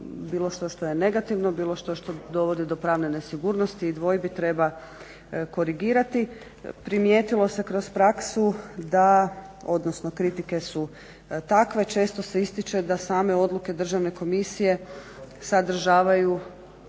što što je negativno bilo što dovodi do pravne nesigurnosti i dvojbi treba korigirati. Primijetilo se kroz praksu da odnosno kritike su takve često se ističe da same odluke državne komisije sadržavaju